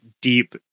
deep